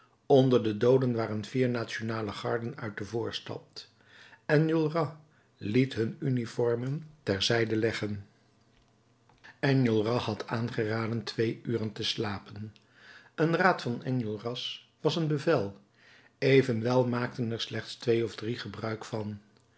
onder de dooden waren vier nationale garden uit de voorstad enjolras liet hun uniformen ter zijde leggen enjolras had aangeraden twee uren te slapen een raad van enjolras was een bevel evenwel maakten er slechts twee of drie gebruik van